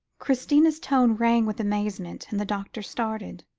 christina's tone rang with amazement, and the doctor started.